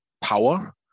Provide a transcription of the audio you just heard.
power